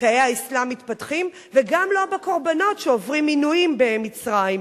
שתאי האסלאם מתפתחים בהן וגם לא בקורבנות שעוברים עינויים במצרים.